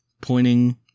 pointing